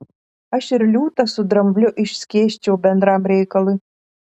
aš ir liūtą su drambliu išskėsčiau bendram reikalui